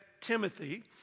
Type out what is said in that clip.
Timothy